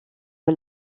sur